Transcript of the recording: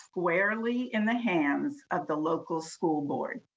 squarely in the hands of the local school board.